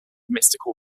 mystical